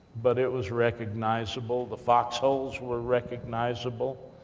but it was recognizable. the fox holes were recognizable.